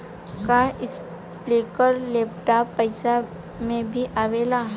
का इस्प्रिंकलर लपेटा पाइप में भी आवेला?